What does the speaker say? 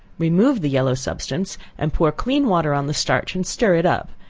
remove the yellow substance and pour clean water on the starch and stir it up,